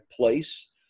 place